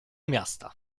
miasta